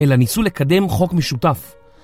אלא ניסו לקדם חוק משותף.